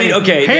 okay